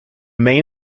main